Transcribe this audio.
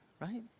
right